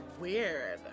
weird